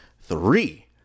three